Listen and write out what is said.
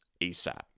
ASAP